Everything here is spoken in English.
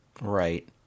Right